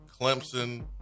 Clemson